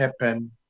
happen